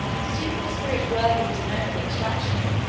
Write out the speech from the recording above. assuming a spirit worthy of his noble extraction,